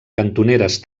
cantoneres